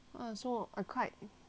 privileged I think